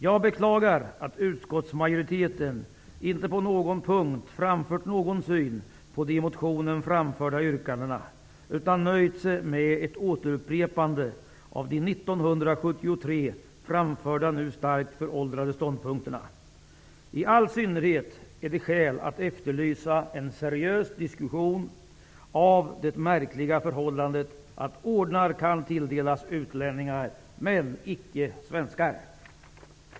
Jag beklagar att utskottsmajoriteten inte på någon punkt framfört någon synpunkt på de i motionen framförda yrkandena utan nöjt sig med ett återupprepande av de 1973 framförda ståndpunkterna, som nu är starkt föråldrade. I all synnerhet finns det skäl att efterlysa en seriös diskussion om det märkliga förhållandet att ordnar kan tilldelas utlänningar men icke svenskar.